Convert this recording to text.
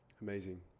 Amazing